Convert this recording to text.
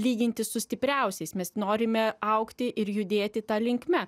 lygintis su stipriausiais mes norime augti ir judėti ta linkme